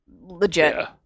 Legit